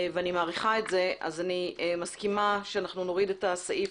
ואני מעריכה את זה, אני מסכימה שנוריד את סעיף